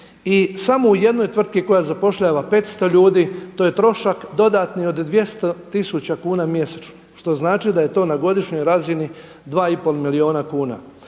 samo u jednoj tvrtki koja zapošljava 500 ljudi to je trošak dodatni od 200 tisuća kuna mjesečno što znači da je to na godišnjoj razini 2,5 milijuna kuna.